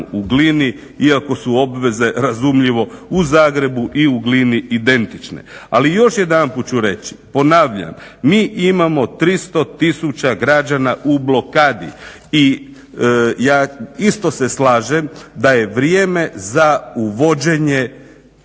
u Glini, iako su obveze u Zagrebu i u Glini identične. Ali još jedanput ću reći, ponavljam, mi imamo 300 tisuća građana u blokadi i ja se slažem da je vrijeme za uvođenje